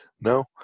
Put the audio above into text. No